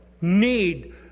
need